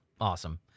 Awesome